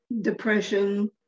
depression